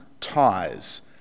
ties